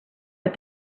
but